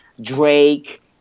Drake